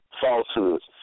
falsehoods